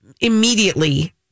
immediately